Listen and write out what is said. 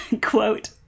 quote